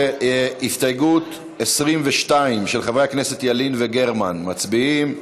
הסתייגות 22, של חברי הכנסת ילין וגרמן, מצביעים.